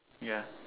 yeah